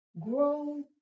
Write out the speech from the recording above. Grow